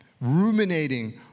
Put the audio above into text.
ruminating